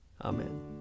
Amen